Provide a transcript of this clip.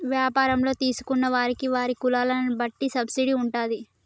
వ్యాపారంలో తీసుకున్న వారికి వారి కులాల బట్టి సబ్సిడీ ఉంటాది